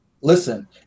Listen